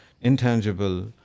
intangible